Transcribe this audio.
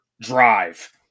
Drive